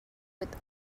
with